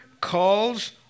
calls